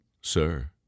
sir